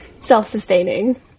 self-sustaining